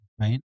right